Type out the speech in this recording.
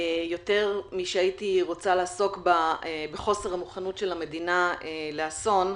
יותר משהייתי רוצה לעסוק בחוסר המוכנות של המדינה לאסון,